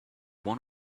one